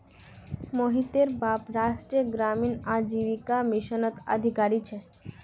मोहितेर बाप राष्ट्रीय ग्रामीण आजीविका मिशनत अधिकारी छे